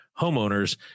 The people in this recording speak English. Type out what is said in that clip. homeowners